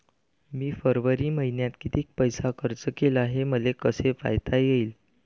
मी फरवरी मईन्यात कितीक पैसा खर्च केला, हे मले कसे पायता येईल?